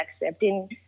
accepting